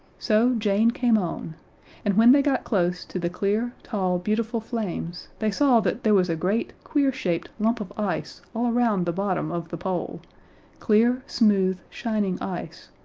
so jane came on and when they got close to the clear, tall, beautiful flames they saw that there was a great, queer-shaped lump of ice all around the bottom of the pole clear, smooth, shining ice,